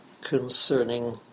concerning